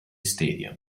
stadium